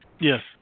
Yes